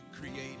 created